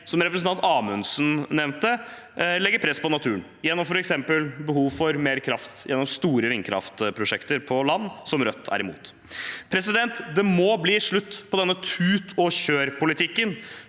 som representanten Amundsen nevnte, legger press på naturen gjennom f.eks. behov for mer kraft gjennom store vindkraftprosjekter på land, noe Rødt er imot. Det må bli slutt på denne tut-og-kjør-politikken.